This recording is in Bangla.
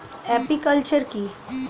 আপিকালচার কি?